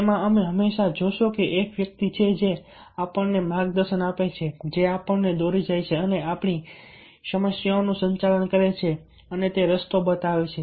તેમાં તમે હંમેશા જોશો કે એક વ્યક્તિ છે જે આપણને માર્ગદર્શન આપે છે જે આપણને દોરી જાય છે અને આપણી સમસ્યાનું સંચાલન કરે છે તે રસ્તો બતાવે છે